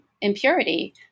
impurity